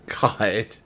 God